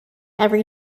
every